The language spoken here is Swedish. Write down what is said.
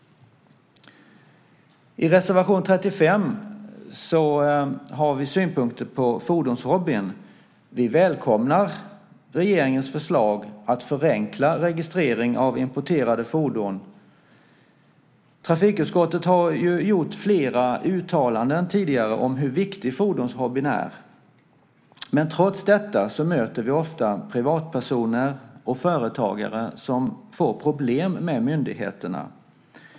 I reservation 35 har vi synpunkter på fordonshobbyn. Vi välkomnar regeringens förslag att förenkla registrering av importerade fordon. Trafikutskottet har tidigare gjort flera uttalanden om hur viktig fordonshobbyn är, men trots detta möter vi ofta privatpersoner och företagare som får problem med myndigheterna.